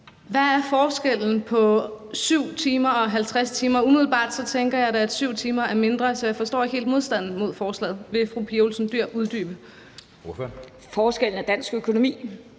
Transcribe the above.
Hvad er forskellen på 7 timer og 50 timer? Umiddelbart tænker jeg da, at 7 timer er mindre, så jeg forstår ikke helt modstanden mod forslaget. Vil fru Pia Olsen Dyhr uddybe? Kl. 13:07 Anden